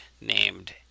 named